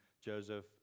Joseph